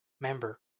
member